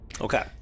Okay